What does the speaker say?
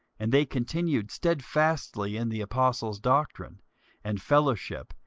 and they continued stedfastly in the apostles' doctrine and fellowship,